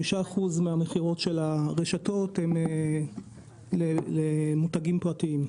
5% מהמכירות של הרשתות אלו מותגים פרטיים.